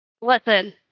Listen